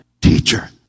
teacher